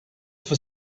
for